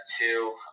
two